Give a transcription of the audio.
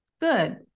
good